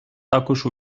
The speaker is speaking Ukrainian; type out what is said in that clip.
також